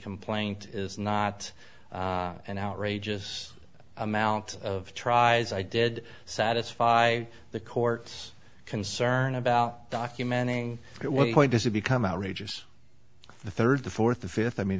complaint is not an outrageous amount of tries i did satisfy the court's concern about documenting it what point does it become outrageous the third the fourth the fifth i